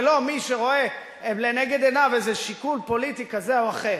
ולא מי שרואה לנגד עיניו איזה שיקול פוליטי כזה או אחר,